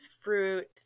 fruit